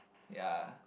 ya